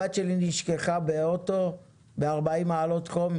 הבת שלי נשכחה באוטו ב-40 מעלות חום,